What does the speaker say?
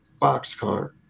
boxcar